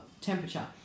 temperature